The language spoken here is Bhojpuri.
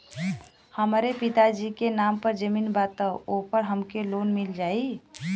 हमरे पिता जी के नाम पर जमीन बा त ओपर हमके लोन मिल जाई?